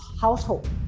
household